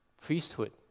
priesthood